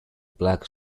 black